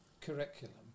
curriculum